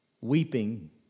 weeping